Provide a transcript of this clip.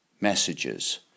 messages